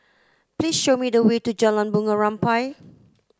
please show me the way to Jalan Bunga Rampai